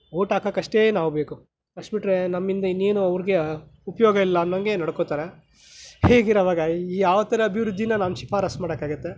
vote ಹಾಕೋಕ್ಕಷ್ಟೇ ನಾವು ಬೇಕು ಅಷ್ಟು ಬಿಟ್ಟರೆ ನಮ್ಮಿಂದ ಇನ್ನೇನು ಅವರಿಗೆ ಉಪಯೋಗ ಇಲ್ಲ ಅನ್ನಂಗೆ ನಡ್ಕೊಳ್ತಾರೆ ಹೀಗಿರುವಾಗ ಯಾವ ಥರ ಅಭಿವೃದ್ದಿನ ನಾನು ಶಿಫಾರಸ್ಸು ಮಾಡೋಕ್ಕಾಗತ್ತೆ